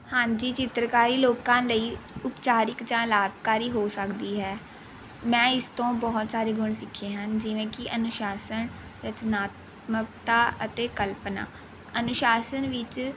ਹਾਂਜੀ ਚਿੱਤਰਕਾਰੀ ਲੋਕਾਂ ਲਈ ਉਪਚਾਰਕ ਜਾਂ ਲਾਭਕਾਰੀ ਹੋ ਸਕਦੀ ਹੈ ਮੈਂ ਇਸ ਤੋਂ ਬਹੁਤ ਸਾਰੇ ਗੁਣ ਸਿੱਖੇ ਹਨ ਜਿਵੇਂ ਕਿ ਅਨੁਸ਼ਾਸਨ ਰਚਨਾਤਮਕਤਾ ਅਤੇ ਕਲਪਨਾ ਅਨੁਸ਼ਾਸਨ ਵਿੱਚ